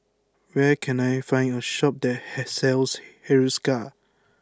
where can I find a shop that hey sells Hiruscar